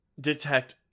detect